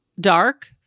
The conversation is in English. dark